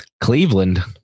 Cleveland